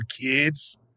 kids